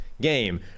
game